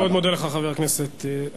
אני מאוד מודה לך, חבר הכנסת אלסאנע.